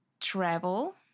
travel